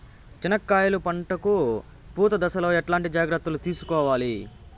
చెనక్కాయలు పంట కు పూత దశలో ఎట్లాంటి జాగ్రత్తలు తీసుకోవాలి?